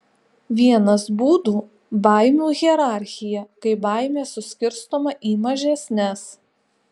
vienas būdų baimių hierarchija kai baimė suskirstoma į mažesnes